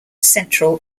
central